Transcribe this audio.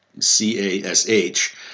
C-A-S-H